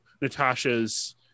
Natasha's